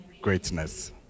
greatness